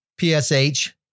PSH